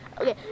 Okay